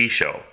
show